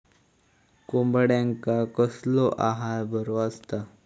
कोंबड्यांका कसलो आहार बरो असता?